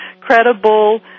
credible